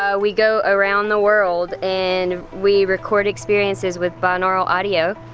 ah we go around the world and we record experiences with bineural audio.